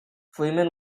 freeman